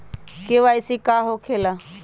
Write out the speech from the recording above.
KYC का हो के ला?